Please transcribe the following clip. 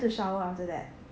I went to shower after that